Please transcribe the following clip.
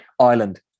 Ireland